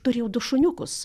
turėjo du šuniukus